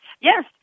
Yes